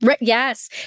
Yes